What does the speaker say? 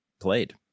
played